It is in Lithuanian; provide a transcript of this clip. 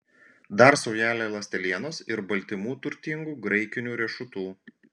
dar saujelę ląstelienos ir baltymų turtingų graikinių riešutų